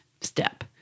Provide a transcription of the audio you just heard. step